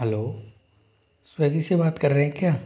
hello Swiggy से बात कर रहे हैं क्या